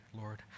Lord